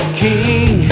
king